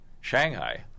Shanghai